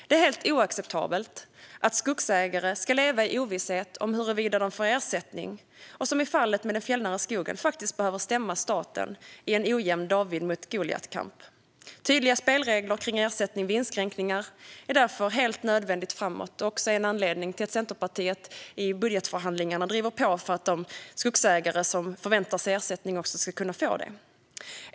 Det är helt oacceptabelt att skogsägare ska leva i ovisshet om huruvida de kommer att få ersättning och som i fallet med den fjällnära skogen faktiskt behöver stämma staten i en ojämn David-mot-Goliat-kamp. Tydliga spelregler kring ersättning vid inskränkningar är därför helt nödvändigt framåt. Detta är också en anledning till att Centerpartiet i budgetförhandlingarna driver på för att de skogsägare som förväntar sig ersättning ska kunna få det.